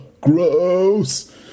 gross